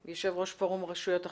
יושב-ראש פורום רשויות החוף.